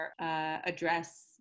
address